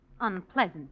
unpleasant